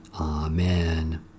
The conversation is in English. Amen